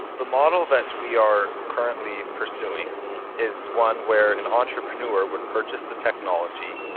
the model that we are currently pursuing is one where an entrepreneur would purchase the technology,